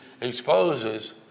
exposes